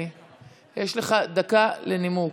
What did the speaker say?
דקה לנימוק.